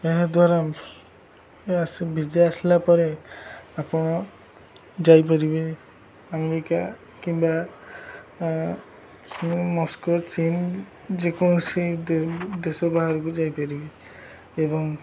ଏହା ଦ୍ୱାରା ଇଏ ଆସ ଭିଜା ଆସିଲା ପରେ ଆପଣ ଯାଇପାରିବେ ଆମେରିକା କିମ୍ବା ମସ୍କୋ ଚୀନ ଯେକୌଣସି ଦେ ଦେଶ ବାହାରକୁ ଯାଇପାରିବେ ଏବଂ